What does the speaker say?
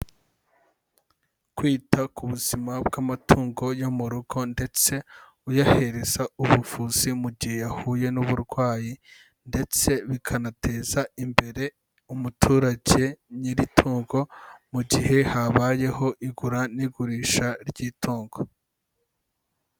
Kwita ku buzima bw'amatungo yo mu rugo ndetse uyahereza ubuvuzi mu gihe yahuye n'uburwayi ndetse bikanateza imbere umuturage nyiri itungo mu gihe habayeho igura n'igurisha ry'itungo.